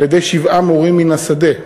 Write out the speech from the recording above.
על-ידי שבעה מורים מן השדה,